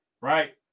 right